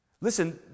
Listen